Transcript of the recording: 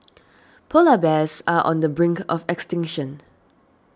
Polar Bears are on the brink of extinction